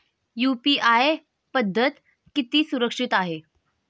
UPI पद्धत किती सुरक्षित आहे?